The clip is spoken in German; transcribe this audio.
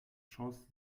schoß